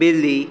ਬਿੱਲੀ